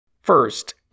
First